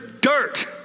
dirt